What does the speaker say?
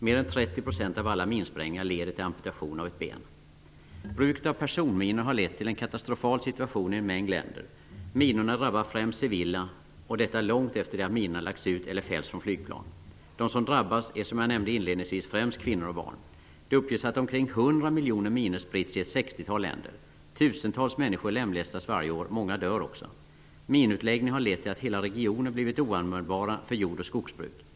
Mer än 30 % av alla minsprängningar leder till amputation av ett ben. Bruket av personminor har lett till en katastrofal situation i en mängd länder. Minorna drabbar främst civila och detta långt efter det att minorna lagts ut eller fällts från flygplan. De som drabbas är, som jag nämnde inledningsvis, främst kvinnor och barn. Det uppges att omkring 100 miljoner minor spritts i ett 60-tal länder. Tusentals människor lemlästas varje år -- många dör också. Minutläggning har lett till att hela regioner blivit oanvändbara för jord och skogsbruk.